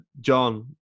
John